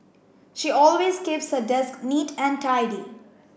she always keeps her desk neat and tidy